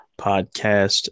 podcast